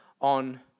on